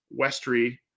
Westry